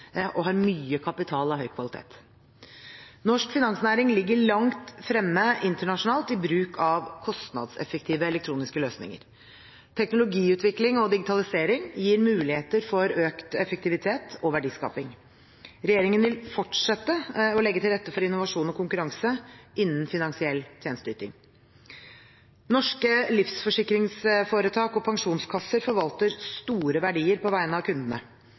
og har mye kapital av høy kvalitet. Norsk finansnæring ligger langt fremme internasjonalt i bruk av kostnadseffektive elektroniske løsninger. Teknologiutvikling og digitalisering gir muligheter for økt effektivitet og verdiskaping. Regjeringen vil fortsette å legge til rette for innovasjon og konkurranse innen finansiell tjenesteyting. Norske livsforsikringsforetak og pensjonskasser forvalter store verdier på vegne av kundene.